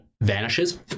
vanishes